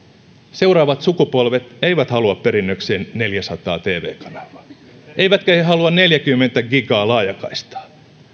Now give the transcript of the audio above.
seuraavat sukupolvet eivät halua perinnökseen neljäsataa tv kanavaa eivätkä he halua neljäkymmentä gigaa laajakaistaa